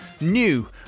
new